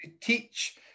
teach